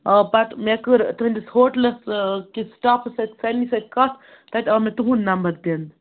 آ پَتہٕ مےٚ کٔر تُہٕنٛدِس ہوٹلَس کِس سِٹافَس سۭتۍ سۭتۍ کَتھ تَتہِ آو مےٚ تُہُنٛد نمبر دِنہٕ